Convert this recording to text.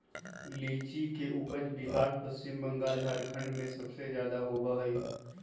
लीची के उपज बिहार पश्चिम बंगाल झारखंड में सबसे ज्यादा होबा हई